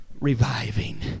Reviving